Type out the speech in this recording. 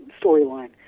storyline